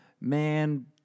man